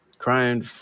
crying